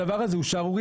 הדבר הזה הוא שערורייה,